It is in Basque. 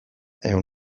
egon